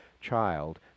child